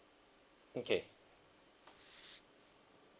okay